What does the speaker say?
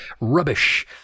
rubbish